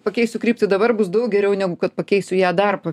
pakeisiu kryptį dabar bus daug geriau negu kad pakeisiu ją dar po